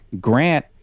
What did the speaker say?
Grant